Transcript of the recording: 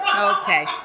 Okay